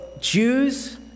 Jews